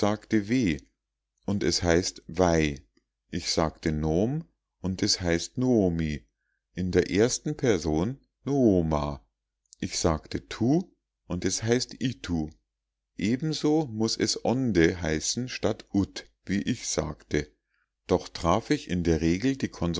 und es heißt wai ich sagte nom und es heißt nuomi in der ersten person nuoma ich sagte tu und es heißt itu ebenso muß es onde heißen statt ud wie ich sagte doch traf ich in der regel die